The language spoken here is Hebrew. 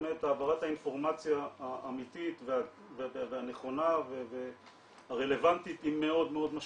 העברת האינפורמציה האמתית והנכונה והרלבנטית היא מאוד מאוד משמעותית,